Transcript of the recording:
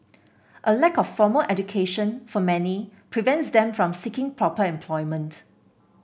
a lack of formal education for many prevents them from seeking proper employment